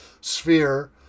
sphere